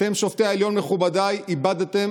אתם,